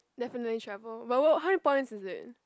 definitely travel but what how many points is it